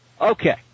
Okay